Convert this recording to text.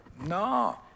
No